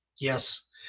yes